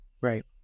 Right